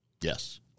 Yes